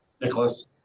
Nicholas